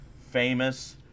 famous